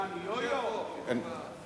גם לי יש ארבעה חוקים.